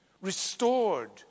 restored